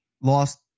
lost